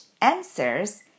answers